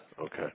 Okay